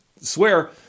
swear